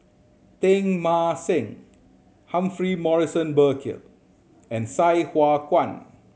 Teng Mah Seng Humphrey Morrison Burkill and Sai Hua Kuan